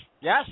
Yes